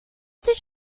did